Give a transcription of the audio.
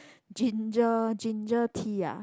ginger ginger tea ah